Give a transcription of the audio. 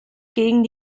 gegen